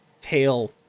tail